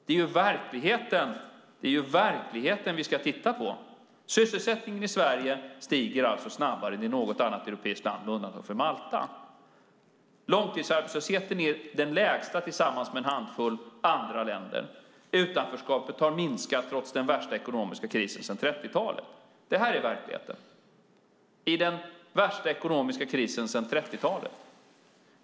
Det är verkligheten vi ska titta på. Sysselsättningen i Sverige stiger alltså snabbare än i något annat europeiskt land, med undantag för Malta. Långtidsarbetslösheten är den lägsta, tillsammans med en handfull andra länder. Utanförskapet har minskat trots den värsta ekonomiska krisen sedan 30-talet. Detta är verkligheten i den värsta ekonomiska krisen sedan 30-talet.